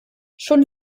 schon